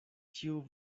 ĉiu